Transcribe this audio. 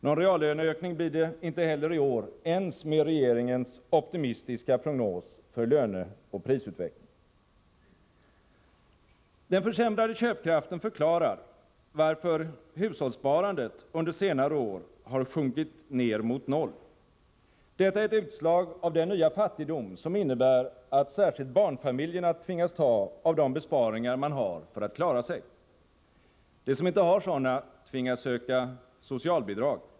Någon reallöneökning blir det inte heller i år, ens med regeringens optimistiska prognos för löneoch prisutvecklingen. Den försämrade köpkraften förklarar varför hushållssparandet under senare år har sjunkit ner mot noll. Detta är ett utslag av den nya fattigdomen, som innebär att särskilt barnfamiljerna tvingas ta av de besparingar man har för att klara sig. De som inte har sådana tvingas söka socialbidrag.